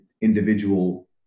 individual